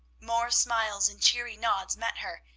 more smiles and cheery nods met her,